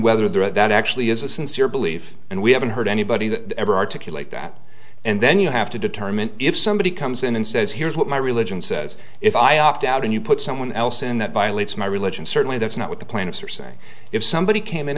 whether that actually is a sincere belief and we haven't heard anybody that ever articulate that and then you have to determine if somebody comes in and says here's what my religion says if i opt out and you put someone else in that violates my religion certainly that's not what the plaintiffs are saying if somebody came in